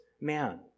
man